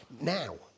now